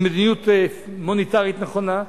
עם מדיניות מוניטרית נכונה,